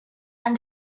and